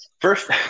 First